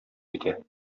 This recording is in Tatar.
китә